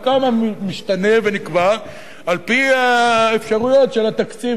כי הכמה משתנה ונקבע על-פי האפשרויות של התקציב.